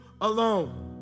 alone